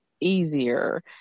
easier